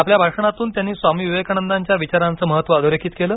आपल्या भाषणातून त्यांनी स्वामी विवेकानंदांच्या विचारांचं महत्त्व अधोरेखित केलं